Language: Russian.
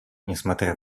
несмотря